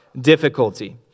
difficulty